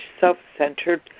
self-centered